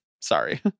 sorry